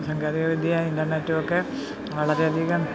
സാങ്കേതികവിദ്യ ഇൻ്റർനെറ്റുമൊക്കെ വളരെയധികം